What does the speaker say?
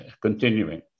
continuing